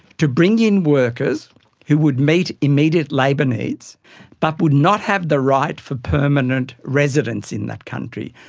to bring in workers who would meet immediate labour needs but would not have the right for permanent residence in that country,